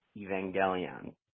Evangelion